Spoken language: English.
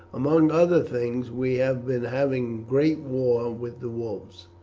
among other things we have been having great war with the wolves.